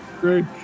Great